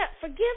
forgive